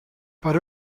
per